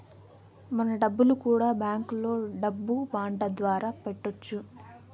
మన డబ్బులు కూడా బ్యాంకులో డబ్బు బాండ్ల ద్వారా పెట్టొచ్చు